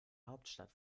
hauptstadt